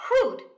crude